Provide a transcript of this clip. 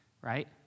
right